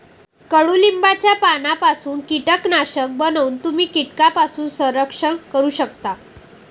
कडुलिंबाच्या पानांपासून कीटकनाशक बनवून तुम्ही कीटकांपासून संरक्षण करू शकता